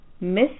Miss